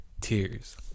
tears